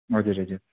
हजुर हजुर